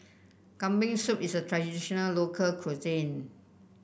Kambing Soup is a traditional local cuisine